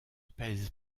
pèse